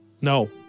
No